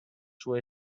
sua